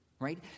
Right